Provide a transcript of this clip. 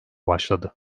başladı